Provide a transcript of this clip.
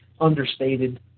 understated